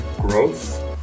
growth